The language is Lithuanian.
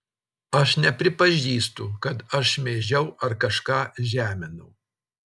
aš nepripažįstu kad aš šmeižiau ar kažką žeminau